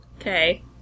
Okay